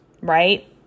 right